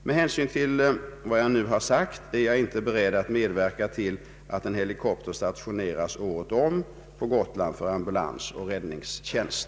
Med hänsyn till vad jag nu har sagt är jag inte beredd att medverka till att en helikopter stationeras året om på Gotland för ambulansoch räddningstjänst.